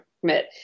commit